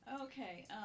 Okay